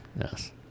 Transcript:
Yes